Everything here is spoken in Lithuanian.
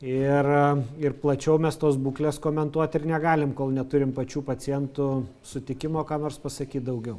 ir ir plačiau mes tos būklės komentuoti negalim kol neturim pačių pacientų sutikimo ką nors pasakyt daugiau